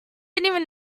even